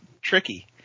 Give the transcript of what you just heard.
tricky